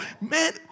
Man